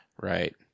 Right